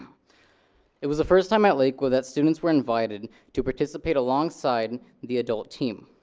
it was the first time at lakewood that students were invited to participate alongside the adult team.